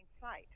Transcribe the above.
sight